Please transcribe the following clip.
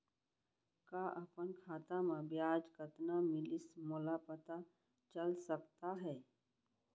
का अपन खाता म ब्याज कतना मिलिस मोला पता चल सकता है?